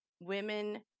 women